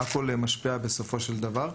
הכל משפיע בסופו של דבר.